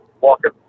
walking